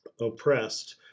oppressed